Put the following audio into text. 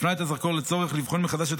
הפנה את הזרקור לצורך לבחון מחדש את